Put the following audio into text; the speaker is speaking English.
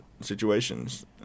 situations